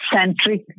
Centric